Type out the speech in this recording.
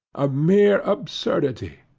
a mere absurdity!